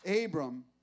Abram